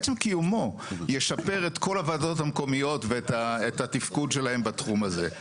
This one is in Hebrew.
עצם קיומו ישפר את כל הוועדות המקומיות ואת התפקד שלהם בתחום הזה.